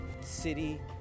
city